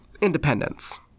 independence